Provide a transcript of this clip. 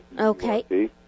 Okay